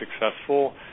successful